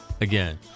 again